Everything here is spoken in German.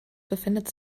befindet